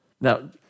Now